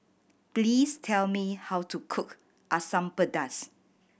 please tell me how to cook Asam Pedas